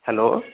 hello